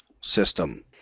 system